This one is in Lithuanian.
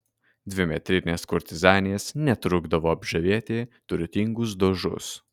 dvimetrinės kurtizanės netrukdavo apžavėti turtingus dožus